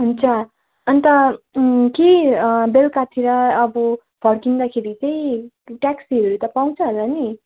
हुन्छ अन्त कि बेलुकातिर अब फर्किँदाखेरि चाहिँ ट्याक्सीहरू त पाउँछ होला नि